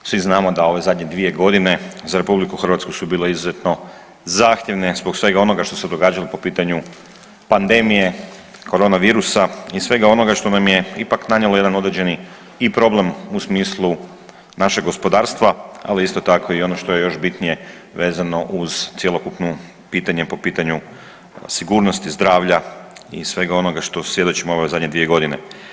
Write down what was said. Svi znamo da ove zadnje dvije godine za Republiku Hrvatsku su bile izuzetno zahtjevne, zbog svega onoga što se događalo po pitanju pandemija koronavirusa i svega onoga što nam je ipak nanijelo jedan određeni i problem u smislu našeg gospodarstva, ali isto tako ono što je još bitnije, vezano uz cjelokupnu pitanje po pitanju sigurnosti zdravlja i svega onoga što svjedočimo ove zadnje dvije godine.